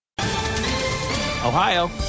Ohio